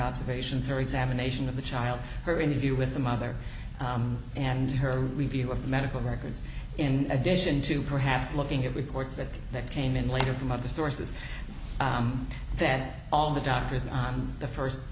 observations are examination of the child her interview with the mother and her review of medical records in addition to perhaps looking at records that that came in later from other sources that all the doctors on the first